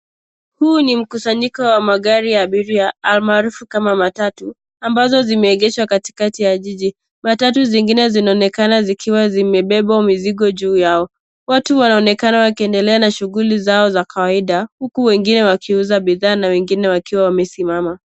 Huu ni mkusanyiko wa magari ya abiria almaharufu kama matatu, ambazo zimeegeshwa katikati ya jiji. Matatu zingine zinaonekana zikiwa zimebebwa mizogo juu yao .Watu wanaonekna wakiendelea na shughuli zao za kawaida huku wengine wakiuza bidhaa na wengine wakiwa wamesimama.